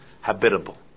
habitable